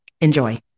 Enjoy